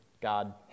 God